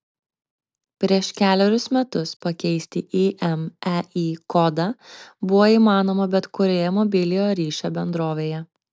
prieš kelerius metus pakeisti imei kodą buvo įmanoma bet kurioje mobiliojo ryšio bendrovėje